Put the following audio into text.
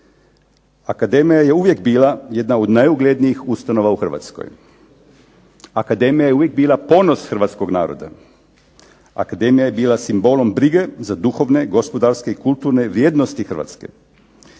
Akademija je uvijek bila jedna od najuglednijih ustanova u Hrvatskoj. Akademija je uvijek bila ponos hrvatskoga naroda. Akademija je bila simbolom brige za duhovne, gospodarske i kulturne vrijednosti Hrvatske.